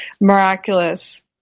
miraculous